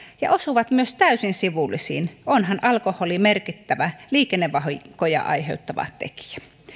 ja osuvat myös täysin sivullisiin onhan alkoholi merkittävä liikennevahinkoja aiheuttava tekijä